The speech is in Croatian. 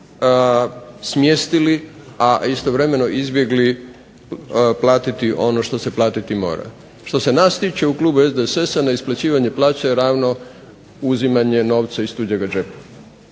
smjestili, a istovremeno izbjegli platiti ono što se platiti mora. Što se nas tiče u klubu SDSS-a neisplaćivanje plaća je ravno uzimanju novca iz tuđega džepa